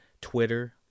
Twitter